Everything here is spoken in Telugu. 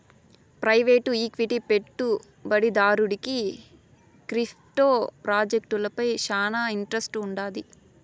ప్రైవేటు ఈక్విటీ పెట్టుబడిదారుడికి క్రిప్టో ప్రాజెక్టులపై శానా ఇంట్రెస్ట్ వుండాది